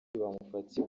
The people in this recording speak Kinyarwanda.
bamufatiye